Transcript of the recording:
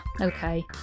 Okay